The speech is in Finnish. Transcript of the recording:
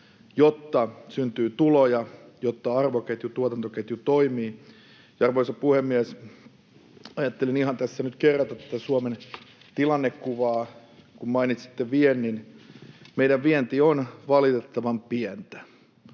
jotta syntyy tuloja, jotta arvoketju, tuotantoketju, toimii. Arvoisa puhemies! Ajattelin tässä nyt ihan kerrata tätä Suomen tilannekuvaa, kun mainitsitte viennin. Meidän vienti on valitettavan pientä.